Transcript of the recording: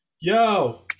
Yo